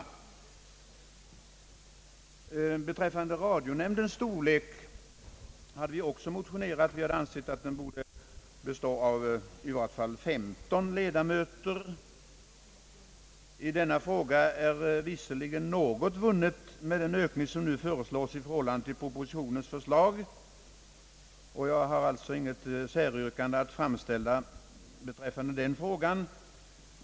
Även beträffande radionämndens storlek har vi motionerat. Vi har ansett att den borde bestå av i vart fall 15 ledamöter. I denna fråga är visserligen något vunnet med den ökning som nu föreslås i förhållande till propositionens förslag, och jag har alltså intet säryrkande att framställa i den frågan.